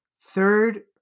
third